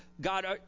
God